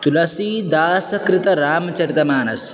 तुलसीदासकृतरामचरितमानसम्